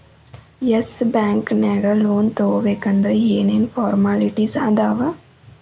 S Bank ನ್ಯಾಗ್ loan ತಗೊಬೇಕಂದ್ರ ಏನೇನ್ ಫಾರ್ಮ್ಯಾಲಿಟಿಸ್ ಅದಾವ?